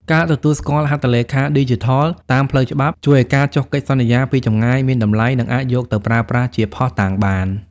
ការទទួលស្គាល់ "ហត្ថលេខាឌីជីថល" តាមផ្លូវច្បាប់ ជួយឱ្យការចុះកិច្ចសន្យាពីចម្ងាយមានតម្លៃ និងអាចយកទៅប្រើប្រាស់ជាភស្តុតាងបាន។